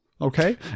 Okay